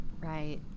Right